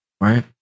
Right